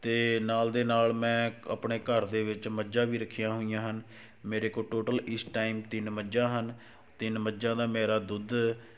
ਅਤੇ ਨਾਲ ਦੇ ਨਾਲ ਮੈਂ ਆਪਣੇ ਘਰ ਦੇ ਵਿੱਚ ਮੱਝਾਂ ਵੀ ਰੱਖੀਆਂ ਹੋਈਆ ਹਨ ਮੇਰੇ ਕੋਲ ਟੌਟਲ ਇਸ ਟਾਈਮ ਤਿੰਨ ਮੱਝਾਂ ਹਨ ਤਿੰਨ ਮੱਝਾਂ ਦਾ ਮੇਰਾ ਦੁੱਧ